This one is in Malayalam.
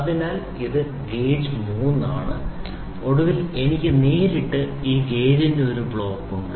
അതിനാൽ ഇത് ഗേജ് 3 ആണ് ഒടുവിൽ എനിക്ക് നേരിട്ട് ഈ ഗേജിന്റെ ഒരു ബ്ലോക്ക് ഉണ്ട്